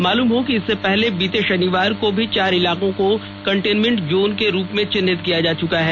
मालूम हो कि इससे पहले बीते शनिवार को भी चार इलाकों को कंटेनमेंट जोन के रूप में चिह्नित किया जा चुका है